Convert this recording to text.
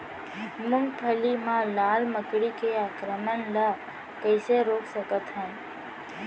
मूंगफली मा लाल मकड़ी के आक्रमण ला कइसे रोक सकत हन?